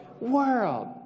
world